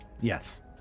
Yes